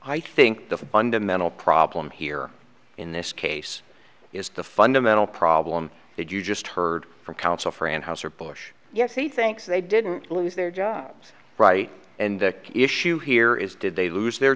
i think the fundamental problem here in this case is the fundamental problem that you just heard from counsel for and house or bush yes he thinks they didn't lose their jobs right and the issue here is did they lose their